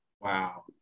wow